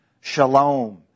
Shalom